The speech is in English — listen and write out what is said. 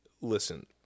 listen